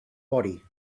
body